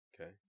Okay